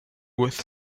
with